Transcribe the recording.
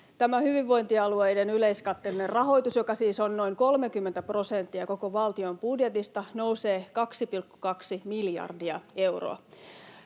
tämä hyvinvointialueiden yleiskatteellinen rahoitus, joka siis on noin 30 prosenttia koko valtion budjetista, nousee 2,2 miljardia euroa.